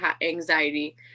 anxiety